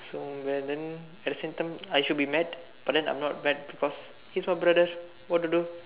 so but then at the same time I'm should be mad but then I'm not mad because he's my brother what to do